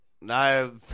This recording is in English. No